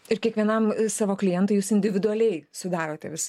ir kiekvienam savo klientui jūs individualiai sudarote vis